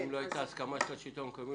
אם לא היתה הסכמה של השלטון המקומי,